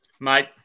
Mate